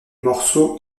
morceaux